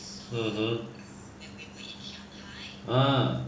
mmhmm uh